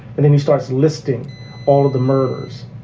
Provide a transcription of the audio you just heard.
and then he starts listing all of the murders,